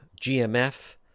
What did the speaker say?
GMF